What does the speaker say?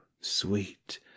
sweet